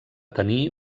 tenir